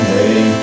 hey